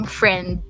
friend